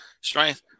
strength